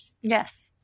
Yes